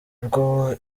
bwo